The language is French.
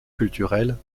culturelle